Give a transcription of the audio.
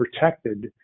protected